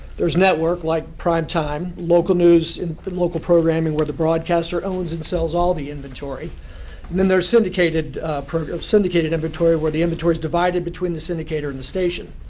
there's network, like primetime, local news and local programming where the broadcaster owns and sells all of the inventory. and then, there's syndicated programs, syndicated inventory where the inventory is divided between the syndicator and the station.